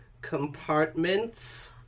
compartments